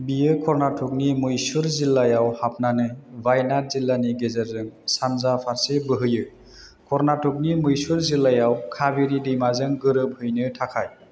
बियो कर्नाटकनि मैसुर जिल्लायाव हाबनानै वायनाड जिलानि गेजेरजों सानजा फारसे बोहैयो कर्नाटकनि मैसुर जिल्लायाव काबेरी दैमाजों गोरोब हैनो थाखाय